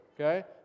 okay